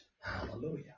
hallelujah